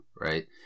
right